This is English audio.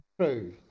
true